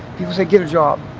people say get a job.